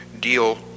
deal